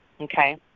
okay